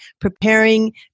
preparing